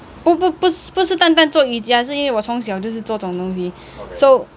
不不是不是单单做瑜伽是因为我从小就是做这种东西 so